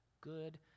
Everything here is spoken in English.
good